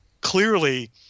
clearly